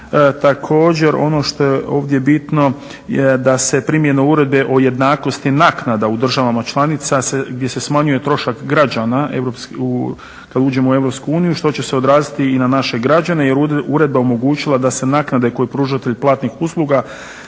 Također ono što je ovdje bitno je da se primjenom uredbe o jednakosti naknada u državama članica gdje se smanjuje trošak građana kada uđemo u EU što će se odraziti i na naše građane jer je uredba omogućila da se naknade koje pružatelj platnih usluga